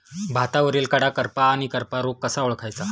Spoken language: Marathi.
भातावरील कडा करपा आणि करपा रोग कसा ओळखायचा?